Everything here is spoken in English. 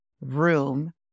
room